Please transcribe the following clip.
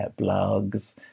blogs